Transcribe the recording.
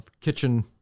kitchen